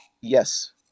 Yes